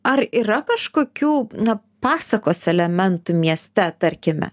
ar yra kažkokių na pasakos elementų mieste tarkime